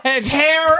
tear